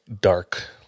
dark